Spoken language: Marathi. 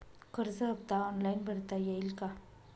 कर्ज हफ्ता ऑनलाईन भरता येईल का?